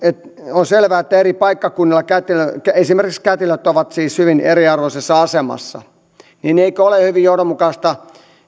siis selvää että eri paikkakunnilla esimerkiksi kätilöt ovat hyvin eriarvoisessa asemassa niin eikö ole hyvin johdonmukaista